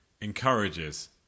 encourages